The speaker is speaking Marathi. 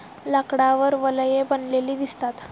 लाकडावर वलये बनलेली दिसतात